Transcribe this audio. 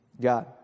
God